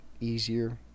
easier